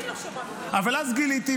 אבל אז גיליתי,